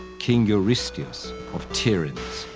king eurystheus of tiryns,